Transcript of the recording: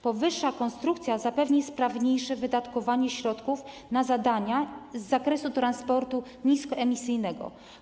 Powyższa konstrukcja zapewni sprawniejsze wydatkowanie środków na zadania z zakresu transportu niskoemisyjnego.